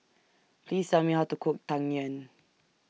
Please Tell Me How to Cook Tang Yuen